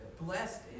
blessed